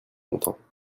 longtemps